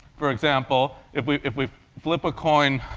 for example, if we if we flip a coin